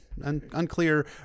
unclear